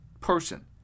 person